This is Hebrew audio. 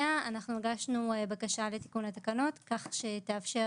הגשנו בעקבותיה בקשה לתיקון התקנות כך שתתאפשר